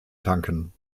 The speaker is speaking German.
tanken